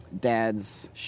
Dads